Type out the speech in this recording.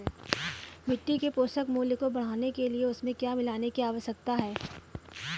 मिट्टी के पोषक मूल्य को बढ़ाने के लिए उसमें क्या मिलाने की आवश्यकता है?